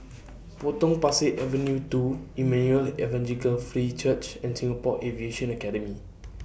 Potong Pasir Avenue two Emmanuel Evangelical Free Church and Singapore Aviation Academy